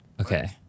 Okay